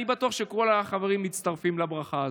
אני בטוח שכל החברים מצטרפים לברכה הזאת.